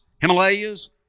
Himalayas